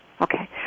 okay